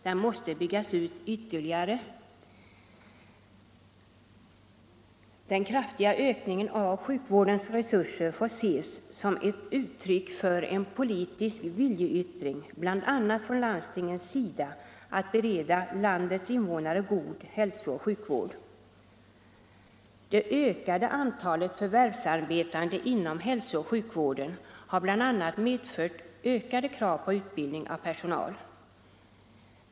Den måste byggas ut ytterligare. Den kraftiga ökningen av sjukvårdens resurser får ses som ett uttryck för en politisk viljeyttring bl.a. från landstingens sida att bereda landets invånare god hälso-och sjukvård. Det ökande antalet förvärvsarbetande inom hälsooch sjukvården har bl.a. medfört ökade krav på utbildning av personal.